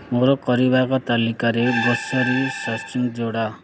ମୋର କରିବାକୁ ତାଲିକାରେ ଗ୍ରୋସରୀ ସର୍ଚିଙ୍ଗ ଯୋଡ଼